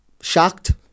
Shocked